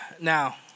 Now